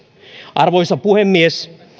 arvoisa puhemies